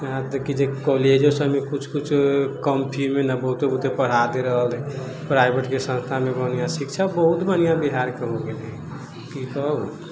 यहाँ तक की कॉलेजो सबमे किछु किछु कम फीमे ने बहुते बहुते पढ़ा दे रहल है प्राइवेटके संस्थामे बढ़िआँ शिक्षक बहुत बन्हिया बिहारके हो गेलै की कहू